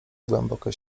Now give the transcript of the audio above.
głębokie